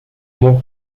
more